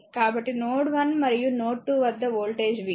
కాబట్టినోడ్ 1 మరియు నోడ్ 2 వద్ద voltage v